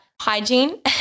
hygiene